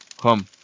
Come